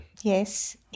Yes